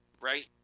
right